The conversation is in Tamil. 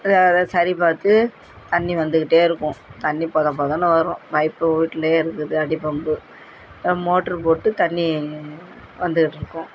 எதாவது அதை சரி பார்த்து தண்ணி வந்துக்கிட்டே இருக்கும் தண்ணி பொதபொதனு வரும் பைப்பு வீட்லேயே இருக்குது அடிபம்ப்பு மோட்ரு போட்டு தண்ணி வந்துக்கிட்டுருக்கும்